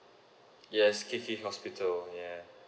yes K_K hospital yeah